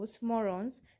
morons